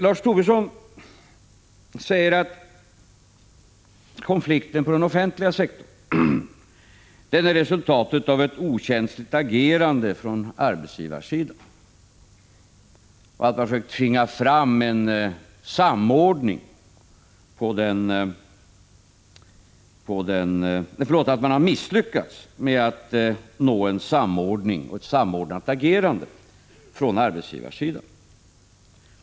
Lars Tobisson säger att konflikten på den offentliga sektorn är resultatet av ett okänsligt agerande från arbetsgivarsidan, och att man har misslyckats med att nå ett samordnat agerande från arbetsgivarsidan.